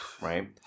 right